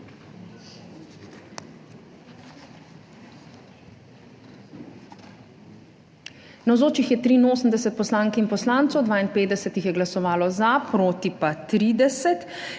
Navzočih je 83 poslank in poslancev, 52 jih je glasovalo za, proti pa 30.